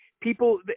people